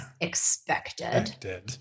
expected